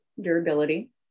durability